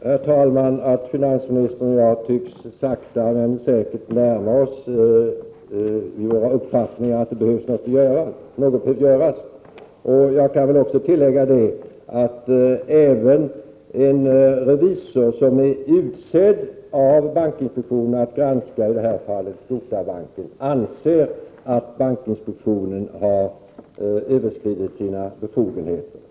Herr talman! Det gläder mig att finansministern och jag sakta men säkert tycks närma oss varandra i våra uppfattningar att något behöver göras på detta område. Jag kan också till vad jag tidigare sagt tillägga, att även en revisor som är utsedd av bankinspektionen att granska i detta fall Gotabanken anser att bankinspektionen har överskridit sina befogenheter.